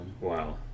Wow